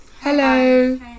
Hello